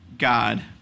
God